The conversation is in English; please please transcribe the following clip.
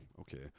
Okay